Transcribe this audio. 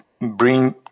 bring